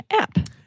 app